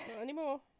anymore